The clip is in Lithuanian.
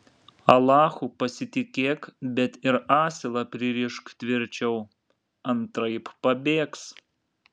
alachu pasitikėk bet ir asilą pririšk tvirčiau antraip pabėgs